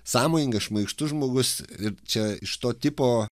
sąmojingas šmaikštus žmogus ir čia iš to tipo